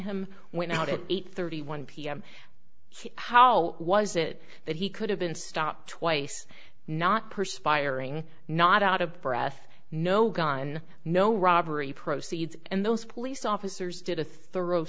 him went out at eight thirty one pm how was it that he could have been stopped twice not perspiring not out of breath no gun no robbery proceeds and those police officers did a thorough